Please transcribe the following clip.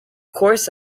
course